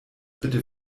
bitte